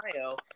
Ohio